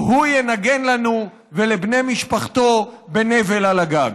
והוא ינגן לנו ולבני משפחתו בנבל על הגג.